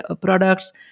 products